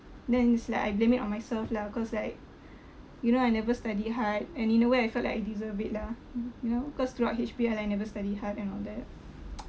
then is like I blame it on myself lah cause like you know I never study hard and in a way I felt like I deserve it lah you know cause throughout H_B_L I never study hard and all that